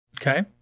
Okay